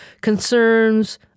concerns